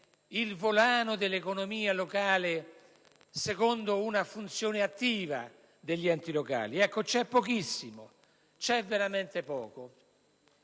il volano dell'economia locale secondo una funzione attiva degli enti locali? Pochissimo, veramente poco.